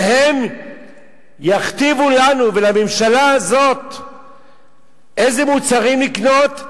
והם יכתיבו לנו ולממשלה הזאת איזה מוצרים לקנות,